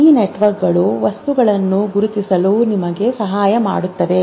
ಈ ನೆಟ್ವರ್ಕ್ಗಳು ವಸ್ತುಗಳನ್ನು ಗುರುತಿಸಲು ನಿಮಗೆ ಸಹಾಯ ಮಾಡುತ್ತವೆ